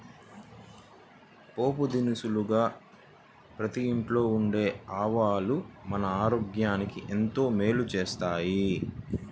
పోపు దినుసుగా ప్రతి ఇంట్లో ఉండే ఆవాలు మన ఆరోగ్యానికి ఎంతో మేలు చేస్తాయి